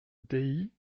dei